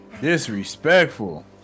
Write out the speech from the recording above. disrespectful